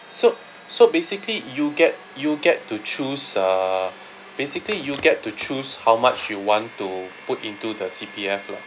so so basically you get you get to choose uh basically you get to choose how much you want to put into the C_P_F lah